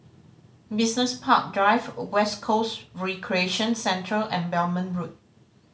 Business Park Drive West Coast Recreation Centre and Belmont Road